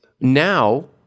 Now